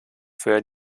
für